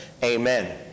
amen